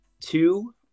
two